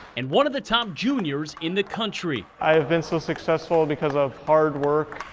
and one of the top juniors in the country. i have been so successful because of hard work.